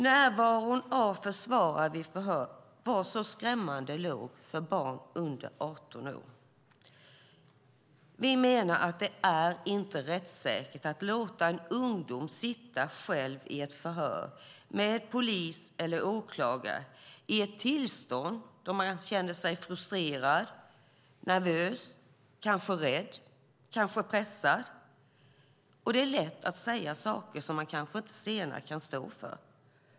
Närvaron av försvarare vid förhör var skrämmande låg för barn under 18 år. Vi menar att det inte är rättssäkert att låta en ungdom sitta själv i ett förhör med polis eller åklagare i ett tillstånd då man känner sig frustrerad, nervös, kanske rädd och pressad, och det är lätt att säga saker som man kanske senare inte kan stå för.